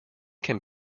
can